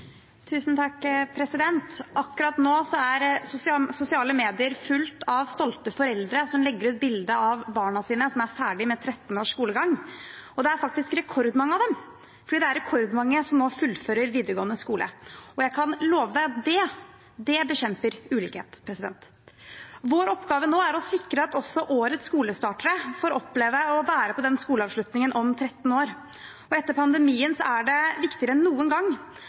sosiale medier fulle av stolte foreldre som legger ut bilde av barna sine som er ferdig med 13 års skolegang. Det er faktisk rekordmange av dem, for det er rekordmange som nå fullfører videregående skole. Jeg kan love at det bekjemper ulikhet. Vår oppgave nå er å sikre at også årets skolestartere får oppleve å være på skoleavslutning om 13 år. Etter pandemien er det viktigere enn noen gang